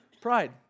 Pride